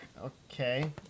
Okay